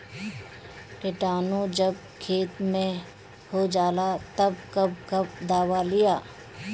किटानु जब खेत मे होजाला तब कब कब दावा दिया?